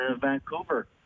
Vancouver